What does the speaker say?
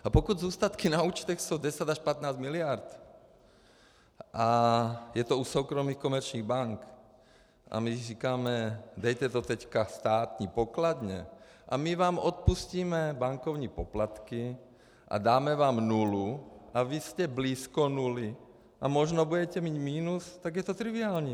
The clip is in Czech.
A pokud zůstatky na účtech jsou 10 až 15 miliard a je to u soukromých komerčních bank, a my říkáme dejte to teď státní pokladně a my vám odpustíme bankovní poplatky a dáme vám nulu, a vy jste blízko nuly a možná budete mít minus, tak je to triviální.